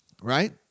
right